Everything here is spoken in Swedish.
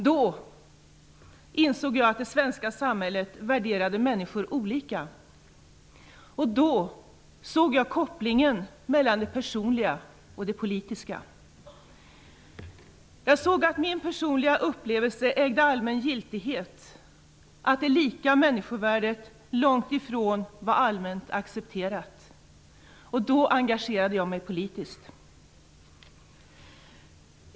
Då insåg jag att det svenska samhället värderade människor olika, och då såg jag kopplingen mellan det personliga och det politiska. Jag såg att min personliga upplevelse ägde allmän giltighet, att det lika människorvärdet långt ifrån var allmänt accepterat. Då engagerade jag mig politiskt.